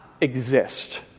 exist